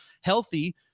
healthy